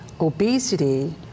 Obesity